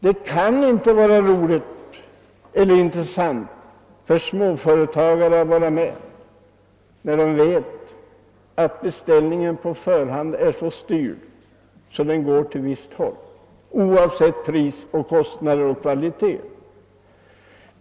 Det kan inte vara av något intresse för småltföretagare att vara med och konkurrera pär de vet att beställningen på förhand är styrd åt visst håll, oavsett pris, kostnader och kvalitet.